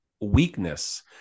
weakness